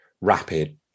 rapid